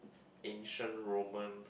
ancient Roman